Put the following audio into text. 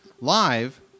live